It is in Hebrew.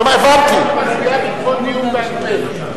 הכנסת מצביעה בעקבות דיון בעל-פה?